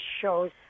shows